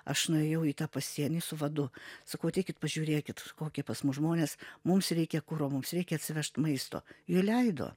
aš nuėjau į tą pasienį su vadu sakau ateikit pažiūrėkit kokie pas mus žmonės mums reikia kuro mums reikia atsivežt maisto įleido